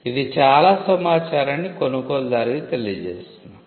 ఇది చాలా సమాచారాన్ని కొనుగోలుదారుకు తెలియజేస్తుంది